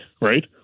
right